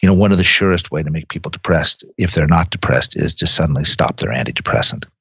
you know one of the surest way to make people depressed if they're not depressed is to suddenly stop their antidepressant,